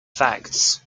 facts